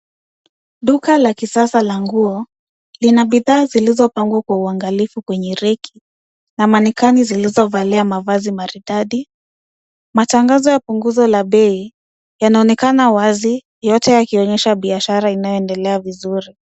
Duka la kisasa la nguo lina bidhaa zilizopangwa kwa uangalifu kweneye reki na manekani zilizovalia mavazi maridadi . Matangazo ya punguzo la bei yanaonekana wazi, yote yakionyesha biashara inayoendelea vizuri.